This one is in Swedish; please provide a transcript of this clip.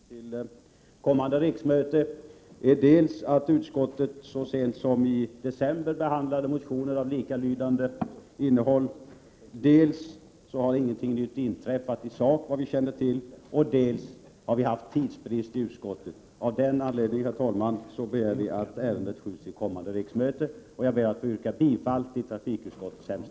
Herr talman! Anledningen till att detta ärende skjuts upp till kommande riksmöte är dels att utskottet så sent som i december behandlade motioner med liknande innehåll, dels att ingenting nytt har inträffat i sak såvitt vi känner till, dels att vi har haft tidsbrist i utskottet. Därför begär vi att ärendet skjuts över till kommande riksmöte, och jag ber att få yrka bifall till hemställan i trafikutskottets betänkande.